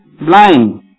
blind